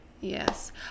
Yes